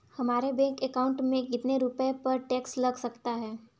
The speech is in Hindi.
हमारे बैंक अकाउंट में कितने रुपये पर टैक्स लग सकता है?